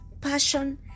Passion